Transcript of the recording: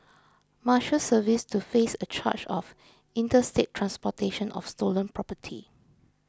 Marshals Service to face a charge of interstate transportation of stolen property